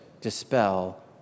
dispel